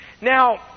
Now